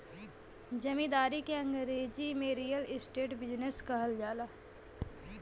जमींदारी के अंगरेजी में रीअल इस्टेट बिजनेस कहल जाला